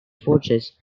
forces